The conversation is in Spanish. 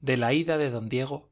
de la ida de don diego